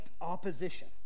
opposition